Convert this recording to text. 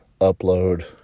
upload